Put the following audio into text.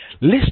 List